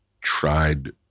tried